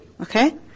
Okay